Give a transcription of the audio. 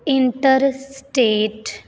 interstate